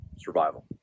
Survival